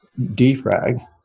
defrag